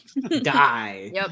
die